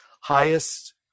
highest